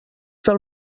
del